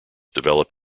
develop